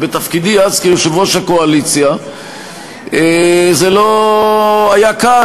ובתפקידי אז כיושב-ראש הקואליציה זה לא היה קל,